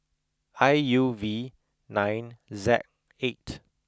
I U V nine Z eight